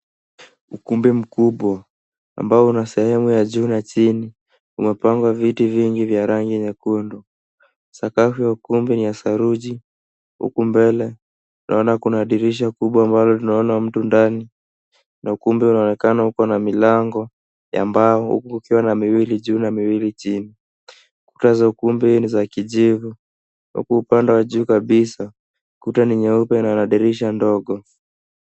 Ukumbi mkubwa, ambao una sehemu ya juu na chini, umepangwa viti vingi vya rangi nyekundu. Sakafu ya ukumbi ni ya saruji, huku mbele, naona kuna dirisha kubwa ambalo linaona mtu ndani. Na ukumbi unaonekana uko na milango ya mbao huku ukiwa na miwili juu na miwili chini. Kuta za ukumbi hii ni za kijivu. Huku upande wa juu kabisa, kuta ni nyeupe na dirisha ndogo.